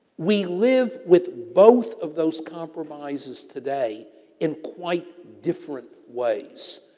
we live with both of those compromises today in quite different ways.